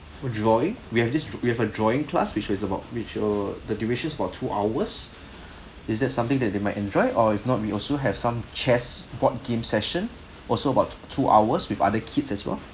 drawing we have this we have a drawing class which is about which err the duration is about two hours is that something that they might enjoy or if not we also have some chess board game session also about two hours with other kids as well